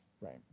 right